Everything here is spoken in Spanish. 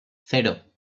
cero